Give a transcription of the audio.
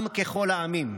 עם ככל העמים.